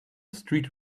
street